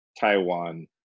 Taiwan